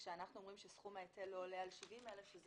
כאשר אנחנו אומרים שסכום ההיטל לא עולה על 70,000 שקלים,